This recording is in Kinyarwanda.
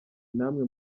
namwe